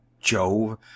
Jove